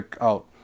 out